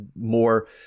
more